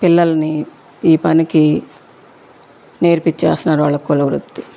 పిల్లల్ని ఈ పనికి నేర్పిస్తున్నారు వాళ్ళ కులవృత్తి